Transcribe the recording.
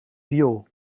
viool